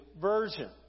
version